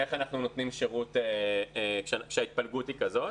איך אנחנו נותנים שירות כשההתפלגות היא כזאת.